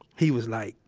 he was like,